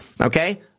Okay